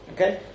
Okay